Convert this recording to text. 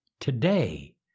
Today